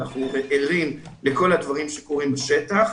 ערבים ואנחנו ערים לכל הדברים שקורים בשטח.